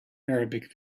arabic